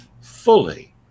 fully